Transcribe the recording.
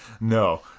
No